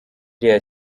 iriya